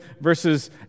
verses